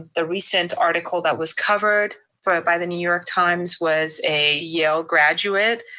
the recent article that was covered for by the new york times was a yale graduate.